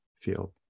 feel